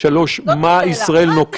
לכו לדלית זילבר סליחה, דלית, נו?